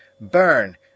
BURN